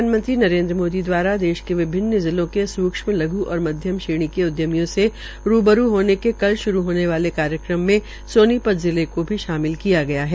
प्रधानमंत्री नरेन्द्र मोदी ने देश के विभिन्न जिलों के सुक्ष्म लघ् और मध्यम श्रेणी के उद्यमियों से रूबरू होने के कल श्रू होने वाले कार्यक्रम में सोनीपत जिले को भी शामिल किया गया है